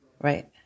Right